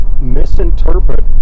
misinterpret